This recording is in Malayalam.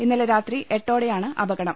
ഇന്നലെ രാത്രി എട്ടോടെയാണ് അപകടം